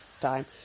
time